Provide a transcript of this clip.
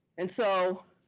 and so,